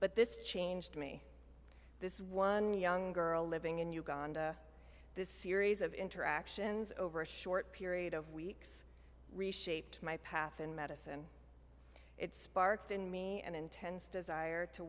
but this changed me this one young girl living in uganda this series of interactions over a short period of weeks reshaped my path in medicine it sparked in me an intense desire to